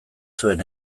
zuen